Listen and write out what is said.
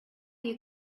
you